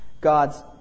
God's